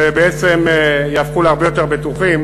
ובעצם יהפכו להרבה יותר בטוחים.